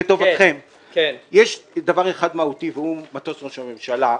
לטובתכם יש דבר אחד מהותי והוא מטוס ראש הממשלה,